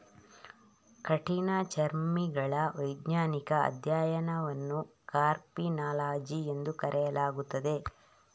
ಕಠಿಣಚರ್ಮಿಗಳ ವೈಜ್ಞಾನಿಕ ಅಧ್ಯಯನವನ್ನು ಕಾರ್ಸಿನಾಲಜಿ ಎಂದು ಕರೆಯಲಾಗುತ್ತದೆ